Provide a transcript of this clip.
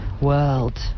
world